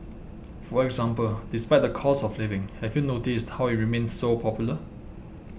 for example despite the cost of living have you noticed how it remains so popular